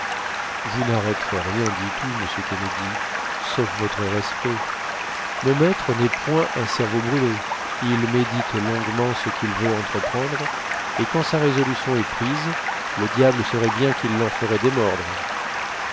vous n'arrêterez rien du tout monsieur kennedy sauf votre respect mon maître n'est point un cerveau brûlé il médite longuement ce qu'il veut entreprendre et quand sa résolution est prise le diable serait bien qui l'en ferait démordre